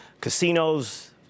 casinos